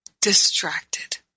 distracted